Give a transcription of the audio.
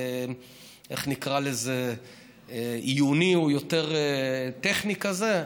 איך נקרא לזה, עיוני, הוא יותר טכני כזה.